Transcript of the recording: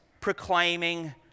proclaiming